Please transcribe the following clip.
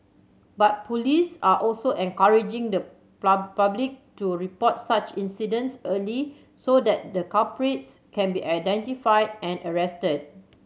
but police are also encouraging the public to report such incidents early so that the culprits can be identified and arrested